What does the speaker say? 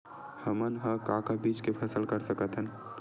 हमन ह का का बीज के फसल कर सकत हन?